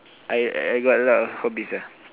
I I got a lot of hobbies ah